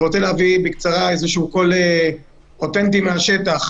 אני רוצה להביא קול אוטנטי מהשטח.